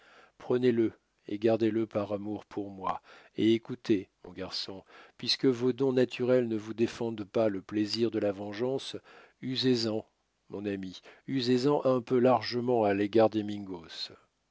prenez-le et gardez-le par amour pour moi et écoutez mon garçon puisque vos dons naturels ne vous défendent pas le plaisir de la vengeance usez-en mon ami usez-en un peu largement à l'égard des